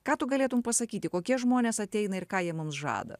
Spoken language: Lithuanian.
ką tu galėtum pasakyti kokie žmonės ateina ir ką jie mums žada